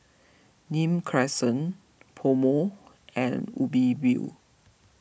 Nim Crescent PoMo and Ubi View